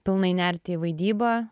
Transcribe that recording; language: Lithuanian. pilnai nerti į vaidybą